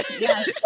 Yes